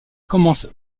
commence